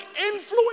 influence